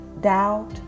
doubt